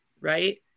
Right